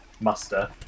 muster